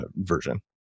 version